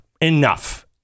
Enough